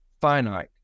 finite